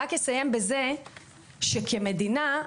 כמדינה,